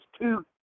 two